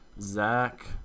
Zach